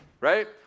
right